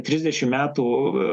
trisdešim metų